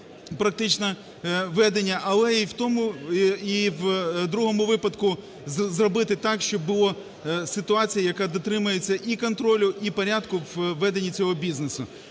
практично введення, але і в тому, і в другому випадку зробити так, щоб було ситуація, яка дотримується і контролю, і порядку у веденні цього бізнесу.